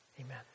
Amen